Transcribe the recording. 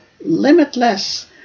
limitless